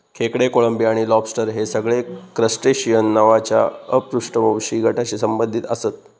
खेकडे, कोळंबी आणि लॉबस्टर हे सगळे क्रस्टेशिअन नावाच्या अपृष्ठवंशी गटाशी संबंधित आसत